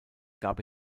gab